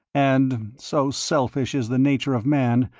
and, so selfish is the nature of man,